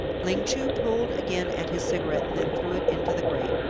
ling chu pulled again at his cigarette and then threw it into the grate.